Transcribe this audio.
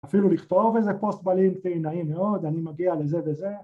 ‫אפילו לכתוב איזה פוסט בלינקדאין, נעים מאוד, אני מגיע לזה וזה.